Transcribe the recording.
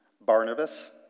Barnabas